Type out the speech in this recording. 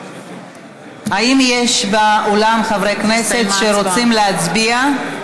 האם יש באולם חברי כנסת שרוצים להצביע?